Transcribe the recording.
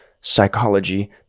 psychology